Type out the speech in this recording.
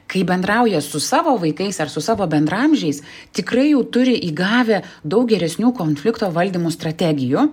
kai bendrauja su savo vaikais ar su savo bendraamžiais tikrai jau turi įgavę daug geresnių konflikto valdymo strategijų